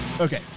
Okay